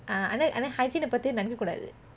ah ஆனா:aanaa hygiene பத்தி நினைக்கக்கூடாது:pathi ninaikakoodathu